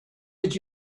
did